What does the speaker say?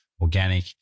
organic